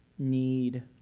need